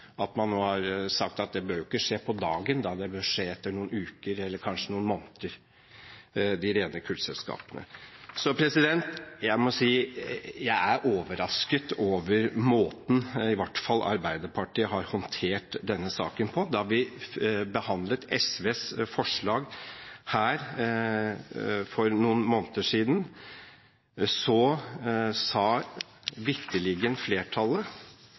man nå har sagt at det behøver ikke skje på dagen – det bør skje etter noen uker eller kanskje noen måneder når det gjelder de rene kullselskapene. Så jeg må si jeg er overrasket over måten i hvert fall Arbeiderpartiet har håndtert denne saken på. Da vi behandlet SVs forslag for noen måneder siden, sa vitterlig flertallet,